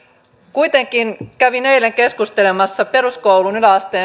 kuitenkin kävin eilen keskustelemassa peruskoulun